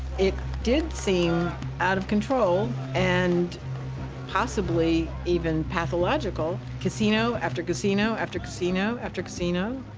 it did seem out of control and possibly even pathological. casino after casino after casino after casino.